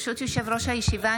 ברשות יושב-ראש הישיבה,